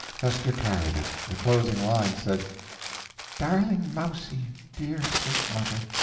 hester carried it. the closing line said darling mousie, dear sweet mother,